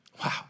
Wow